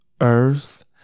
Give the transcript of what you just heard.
earth